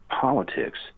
politics